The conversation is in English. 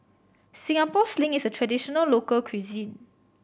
Singapore Sling is a traditional local cuisine